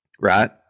Right